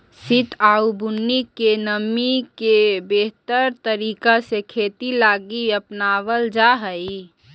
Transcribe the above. सित आउ बुन्नी के नमी के बेहतर तरीका से खेती लागी अपनाबल जा हई